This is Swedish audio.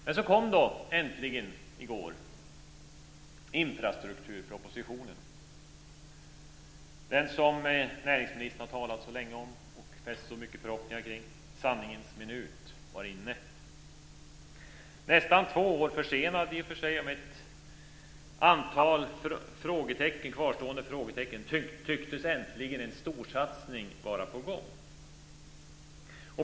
Men så kom äntligen i går infrastrukturpropositionen, den som näringsministern har talat så länge om och fäst så många förhoppningar vid. Sanningens minut var inne. Nästan två år försenad, i och för sig, och med ett antal kvarstående frågetecken tycktes ändå äntligen en storsatsning vara på gång.